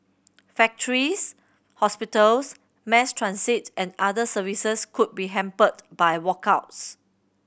factories hospitals mass transit and other services could be hampered by walkouts